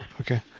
okay